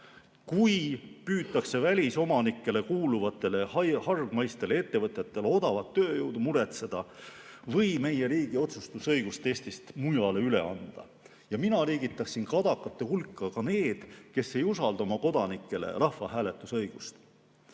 kui püütakse välisomanikele kuuluvatele hargmaistele ettevõtetele odavat tööjõudu muretseda või meie riigi otsustusõigust Eestist mujale üle anda. Mina liigitaksin kadakate hulka ka need, kes ei usalda oma kodanikele rahvahääletuse õigust. See